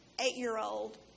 eight-year-old